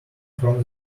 from